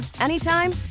anytime